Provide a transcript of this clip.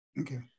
Okay